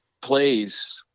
plays